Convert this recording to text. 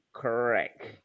correct